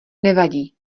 nevadí